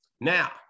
now